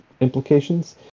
implications